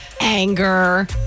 anger